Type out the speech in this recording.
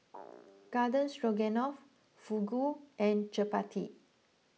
Garden Stroganoff Fugu and Chapati